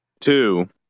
two